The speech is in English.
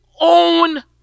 own